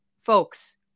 folks